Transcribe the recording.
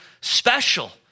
special